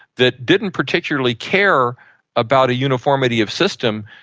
that didn't particularly care about a uniformity of system,